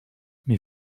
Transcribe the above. mais